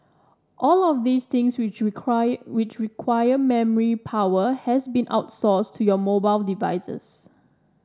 all of these things which require which require memory power has been outsourced to your mobile devices